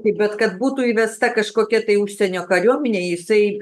tai bet kad būtų įvesta kažkokia tai užsienio kariuomenė jisai